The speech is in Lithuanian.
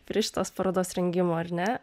prie šitos parodos rengimo ar ne